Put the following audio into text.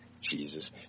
Jesus